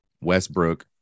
Westbrook